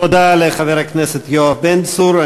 תודה לחבר הכנסת יואב בן צור.